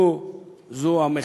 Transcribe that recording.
גם בארצות-הברית,